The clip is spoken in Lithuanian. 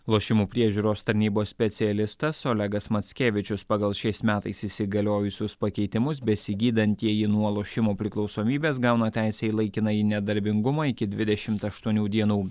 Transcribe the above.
lošimų priežiūros tarnybos specialistas olegas mackevičius pagal šiais metais įsigaliojusius pakeitimus besigydantieji nuo lošimo priklausomybės gauna teisę į laikinąjį nedarbingumą iki dvidešimt aštuonių dienų